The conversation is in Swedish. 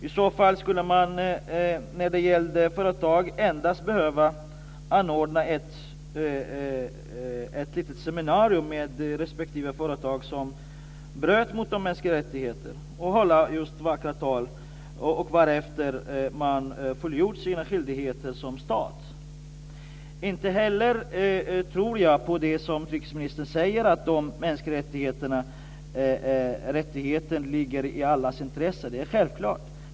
I så fall skulle man, när det gällde företag, endast behöva anordna ett litet seminarium med respektive företag som bröt mot de mänskliga rättigheterna och hålla vackra tal, varefter man hade fullgjort sina skyldigheter som stat. Inte heller tror jag på det som utrikesministern säger, att de mänskliga rättigheterna ligger i allas intressen. Det är självklart.